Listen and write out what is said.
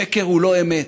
שקר הוא לא אמת,